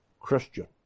Christian